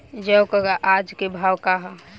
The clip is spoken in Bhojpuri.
जौ क आज के भाव का ह?